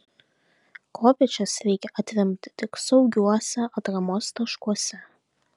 kopėčias reikia atremti tik saugiuose atramos taškuose